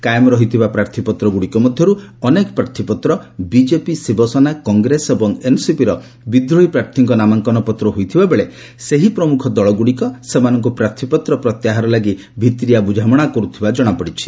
କାଏମ୍ ରହିଥିବା ପ୍ରାର୍ଥୀପତ୍ରଗୁଡ଼ିକ ମଧ୍ୟରୁ ଅନେକ ପ୍ରାର୍ଥୀପତ୍ର ବିଜେପି ଶିବସେନା କଂଗ୍ରେସ ଏବଂ ଏନ୍ସିପିର ବିଦ୍ରୋହୀ ପ୍ରାର୍ଥୀଙ୍କ ନାମାଙ୍କନ ପତ୍ର ହୋଇଥିବାବେଳେ ସେହି ପ୍ରମୁଖ ଦଳଗୁଡ଼ିକ ସେମାନଙ୍କୁ ପ୍ରାର୍ଥୀପତ୍ର ପ୍ରତ୍ୟାହାର ଲାଗି ଭିତିରିଆ ବୁଝାମଣା କରୁଥିବା ଜଣାପଡ଼ିଛି